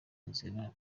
nzira